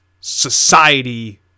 society